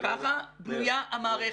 ככה בנויה המערכת.